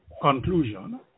conclusion